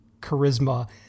charisma